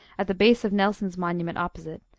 at the base of nelson's monument opposite,